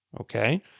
okay